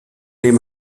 dem